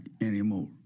anymore